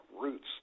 roots